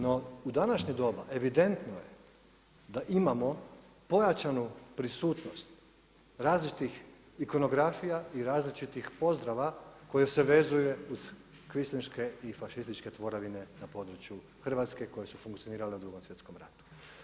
No u današnje doba, evidentno je da imamo pojačanu prisutnost različitih i konografija i različitih pozdrava koje se vezuje uz kvislinške i fašističke tvorevine na području Hrvatske koje su funkcionirale u 2. svjetskom ratu.